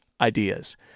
ideas